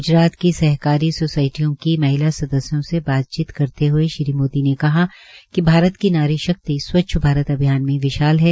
ग्जरात की सहकारी सोसायटी की महिला सदस्यों से बातचीत करते हुए श्री नरेन्द्र मोदी ने कहा कि भारत की नारी शक्ति स्वच्छ भारत अभियान में विशाल है